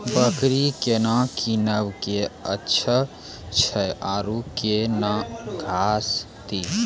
बकरी केना कीनब केअचछ छ औरू के न घास दी?